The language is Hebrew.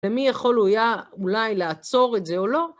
ומי יכול הוא היה אולי לעצור את זה או לא?